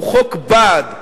הוא חוק בעד.